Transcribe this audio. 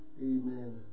Amen